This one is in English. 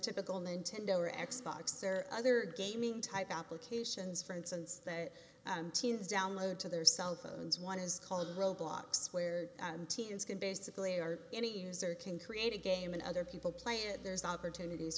typical nintendo or x box or other gaming type applications for instance that teens download to their cellphones one is called road blocks where teens can basically or any user can create a game and other people play it there's opportunities